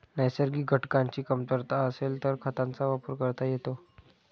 नैसर्गिक घटकांची कमतरता असेल तर खतांचा वापर करता येतो